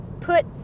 put